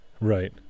Right